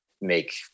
make